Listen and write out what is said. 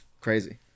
crazy